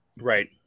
Right